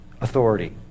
authority